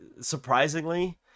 surprisingly